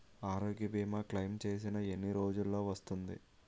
ఆరోగ్య భీమా క్లైమ్ చేసిన ఎన్ని రోజ్జులో వస్తుంది?